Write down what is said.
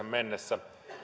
mennessä